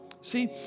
See